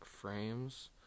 frames